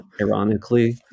Ironically